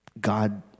God